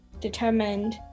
determined